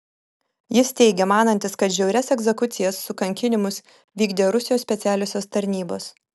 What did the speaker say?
jis teigė manantis kad žiaurias egzekucijas su kankinimus vykdė rusijos specialiosios tarnybos